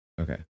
Okay